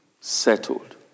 settled